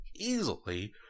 easily